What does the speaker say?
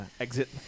exit